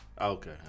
Okay